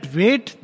wait